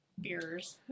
beers